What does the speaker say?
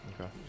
Okay